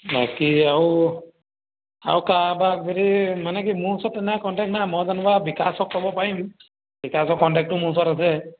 বাকী আও আও কাবাক যদি মানে কি মোৰ ওচৰত তেনে কণ্টেক্ট নাই মই যেনে বিকাশক ক'ব পাৰিম বিকাশক কণ্টেক্টটো মোৰ ওচৰত আছে